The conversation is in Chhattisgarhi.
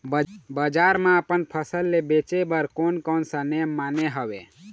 बजार मा अपन फसल ले बेचे बार कोन कौन सा नेम माने हवे?